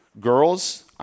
girls